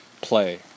Play